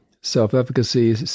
self-efficacy